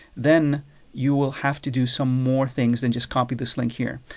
then you will have to do some more things than just copy this link here.